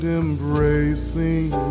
embracing